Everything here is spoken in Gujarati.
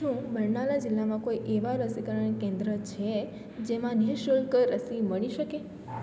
શું બરનાલા જિલ્લામાં કોઈ એવાં રસીકરણ કેન્દ્ર છે જેમાં નિઃશુલ્ક રસી મળી શકે